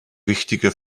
wichtige